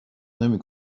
نمی